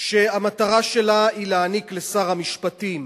שהמטרה שלה היא להעניק לשר המשפטים